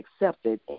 accepted